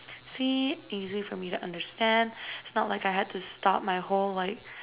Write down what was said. see easy for me to understand it's not like I had to stop my whole like